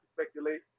speculate